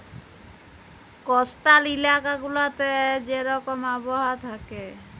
coastal ইলাকা গুলাতে যে রকম আবহাওয়া থ্যাকে